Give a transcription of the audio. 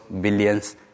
billions